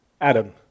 Adam